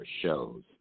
shows